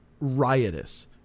riotous